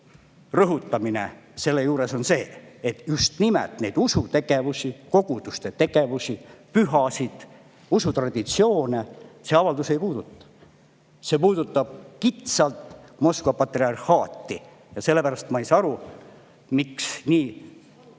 rõhutan selle juures seda, et just nimelt neid usutegevusi, koguduste tegevust, pühasid, usutraditsioone see avaldus ei puuduta. See puudutab kitsalt Moskva patriarhaati. Sellepärast ma ei saa aru, miks nii